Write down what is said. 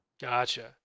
gotcha